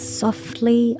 softly